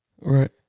Right